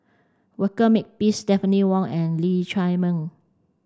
Walter Makepeace Stephanie Wong and Lee Chiaw Meng